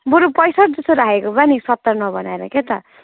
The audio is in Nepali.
बरु पैँसट्ठी जस्तो राखेको भए नि सत्तर नबनाएर क्या त